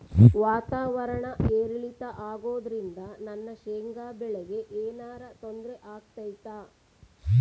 ವಾತಾವರಣ ಏರಿಳಿತ ಅಗೋದ್ರಿಂದ ನನ್ನ ಶೇಂಗಾ ಬೆಳೆಗೆ ಏನರ ತೊಂದ್ರೆ ಆಗ್ತೈತಾ?